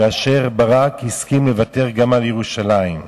כאשר ברק הסכים לוותר גם על ירושלים.